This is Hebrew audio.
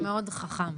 מאוד חכם.